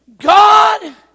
God